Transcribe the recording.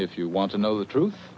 if you want to know the truth